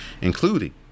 including